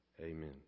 Amen